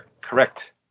Correct